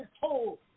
told